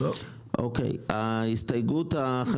הסתייגות 7